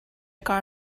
کار